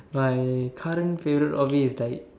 my current favourite hobby is like